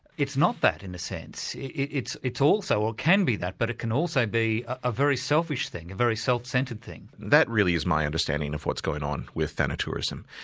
it's not that, in a sense, it's it's also, or it can be that, but it can also be a very selfish thing, a very self-centred thing. that really is my understanding of what's going on with thanatourism.